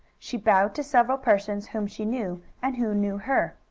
she bowed to several persons whom she knew and who knew her.